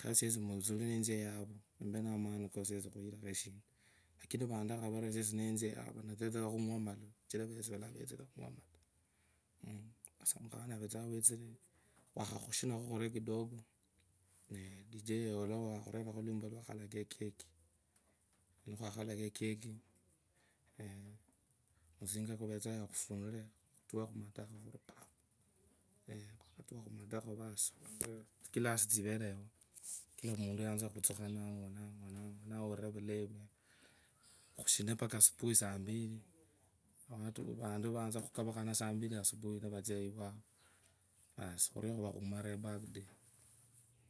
khasiesi netsie yavo empe na amani kokhuyirakho eshundu, lakini nivandakha vario siesi netsia yavo ndatsa tsa khungwa malalwa, sasa mukhana avetsia witsire khwakhashinalo kidogo, nee, dj alio, nikhusakhakhalaka ekeki, eee, musinga kuvetsanga yao khufungule, khutuwe khumatakho khuli paaap. nikhwakhatuwa khumatakho paasi, tsikilasi tsivere yao kila muntu yanza khutukha nagwa nagwanagwa, naurira vulayi, khushina mpaka mutsuri saa mbiri, vantu vanzakhukalukhana sa mbiri asipuhi mvatsia iwavu, vaasi khuru khuva khumarike abirthday.